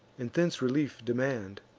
and thence relief demand.